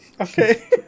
Okay